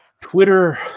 Twitter